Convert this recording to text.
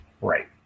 right